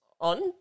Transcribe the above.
on